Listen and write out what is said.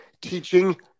teaching